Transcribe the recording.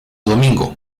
domingo